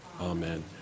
Amen